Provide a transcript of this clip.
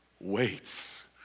waits